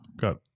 got